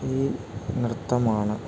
ഈ നൃത്തമാണ്